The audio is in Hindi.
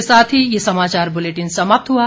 इसके साथ ये समाचार बुलेटिन समाप्त हुआ